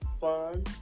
fun